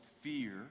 fear